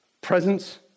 presence